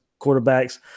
quarterbacks